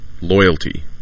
loyalty